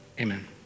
Amen